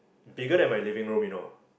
bigger than my living room you know